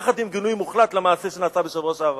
יחד עם גינוי מוחלט של המעשה שנעשה בשבוע שעבר.